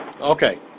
Okay